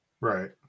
Right